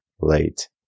late